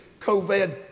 COVID